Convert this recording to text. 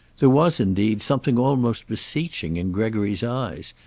there was, indeed, something almost beseeching in gregory's eyes,